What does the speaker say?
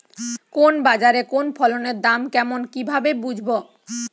কোন বাজারে কোন ফসলের দাম কেমন কি ভাবে বুঝব?